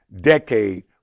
Decade